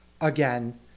Again